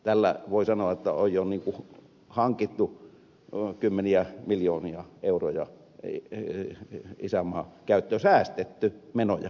tällä voi sanoa on jo hankittu kymmeniä miljoonia euroja isänmaan käyttöön säästetty menoja